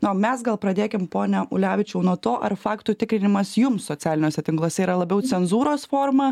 na o mes gal pradėkim pone ulevičiau nuo to ar faktų tikrinimas jums socialiniuose tinkluose yra labiau cenzūros forma